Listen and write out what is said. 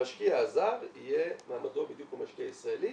המשקיע הזר מעמדו יהיה בדיוק כמו משקיע ישראלי.